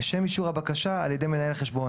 לשם אישור הבקשה על ידי מנהל החשבון